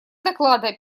доклада